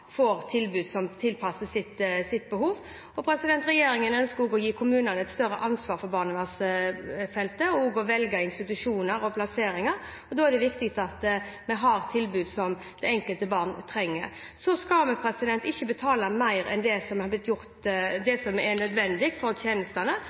får tilbud tilpasset sitt behov. Regjeringen ønsker også å gi kommunene et større ansvar på barnevernsfeltet – å kunne velge institusjoner og plasseringer. Da er det viktig at vi har tilbud som det enkelte barn trenger. Så skal vi ikke betale mer for tjenestene enn det som er nødvendig. Derfor er jeg glad for at vi har